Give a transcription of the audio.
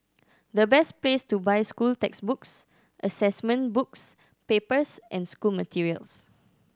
the best place to buy school textbooks assessment books papers and school materials